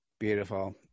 Beautiful